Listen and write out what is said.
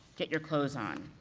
get your clothes on.